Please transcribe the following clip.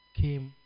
came